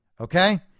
okay